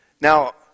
Now